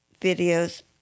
videos